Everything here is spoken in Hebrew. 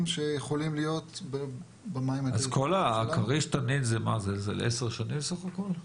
שיכולים להיות במים --- אז כל הכריש-תנין זה 10 שנים סך הכל?